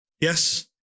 Yes